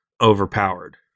overpowered